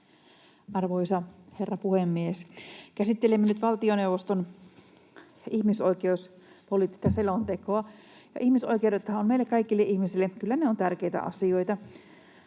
Arvoisa herra puhemies! Käsittelemme nyt valtioneuvoston ihmisoikeuspoliittista selontekoa, ja ihmisoikeudethan ovat meille kaikille ihmisille tärkeitä asioita.